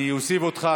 אני אוסיף אותך.